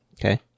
Okay